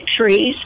trees